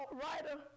writer